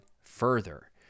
further